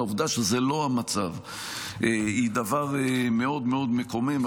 העובדה שזה לא המצב היא דבר מאוד מאוד מקומם.